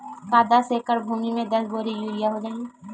का दस एकड़ भुमि में दस बोरी यूरिया हो जाही?